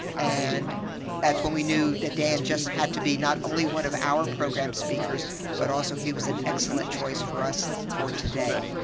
and that's when we knew that dan just had to be not only one of our program speakers but also he was an excellent choice for us today.